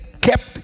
kept